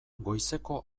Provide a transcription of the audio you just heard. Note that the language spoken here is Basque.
goizeko